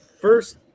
First